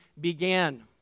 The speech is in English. began